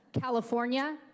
California